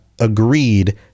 agreed